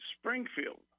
Springfield